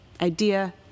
idea